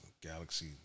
Galaxy